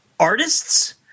artists